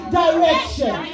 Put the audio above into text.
direction